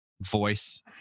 voice